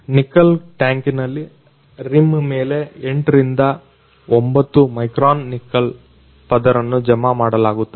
nickel ಟ್ಯಾಂಕಿನಲ್ಲಿ rim ಮೇಲೆ 8 9 micron nickel ಪದರವನ್ನ ಜಮಾ ಮಾಡಲಾಗುತ್ತದೆ